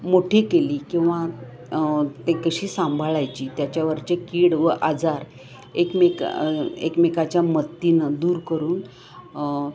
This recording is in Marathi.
मोठी केली किंवा ते कशी सांभाळायची त्याच्यावरचे कीड व आजार एकमेका एकमेकाच्या मदत्तीनं दूर करून